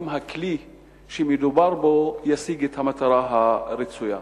האם הכלי שמדובר בו ישיג את המטרה הרצויה.